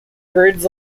birds